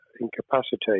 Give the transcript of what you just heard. incapacitated